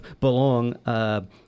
belong